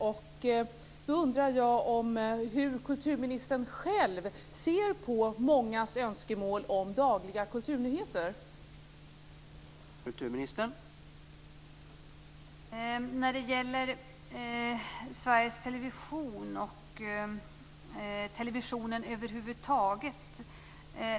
Jag undrar hur kulturministern själv ser på det önskemål om dagliga kulturnyheter som många har.